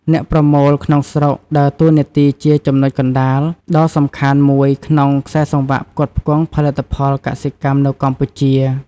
អ្នកប្រមូលក្នុងស្រុក ដើរតួនាទីជាចំណុចកណ្ដាលដ៏សំខាន់មួយនៅក្នុងខ្សែសង្វាក់ផ្គត់ផ្គង់ផលិតផលកសិកម្មនៅកម្ពុជា។